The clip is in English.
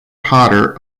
potter